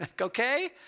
Okay